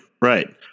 right